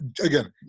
again